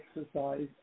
exercise